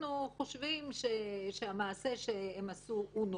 אנחנו חושבים שהמעשה שהם עשו הוא נורא.